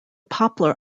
poplar